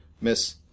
Miss